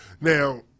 now